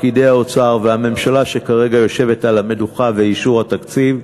פקידי האוצר והממשלה שכרגע יושבת על המדוכה ואישור התקציב,